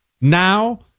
Now